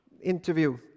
interview